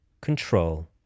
Control